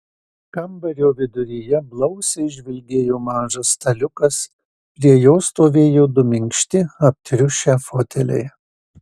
kambario viduryje blausiai žvilgėjo mažas staliukas prie jo stovėjo du minkšti aptriušę foteliai